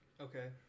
Okay